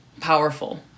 powerful